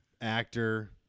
actor